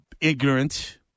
ignorant